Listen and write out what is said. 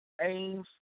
aims